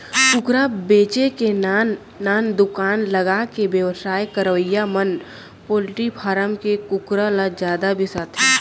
कुकरा बेचे के नान नान दुकान लगाके बेवसाय करवइया मन पोल्टी फारम के कुकरा ल जादा बिसाथें